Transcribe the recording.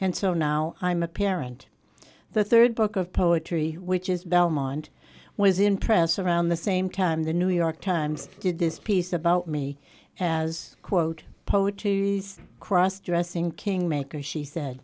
and so now i'm a parent the third book of poetry which is belmont was in press around the same time the new york times did this piece about me as quote poetry cross dressing kingmakers she said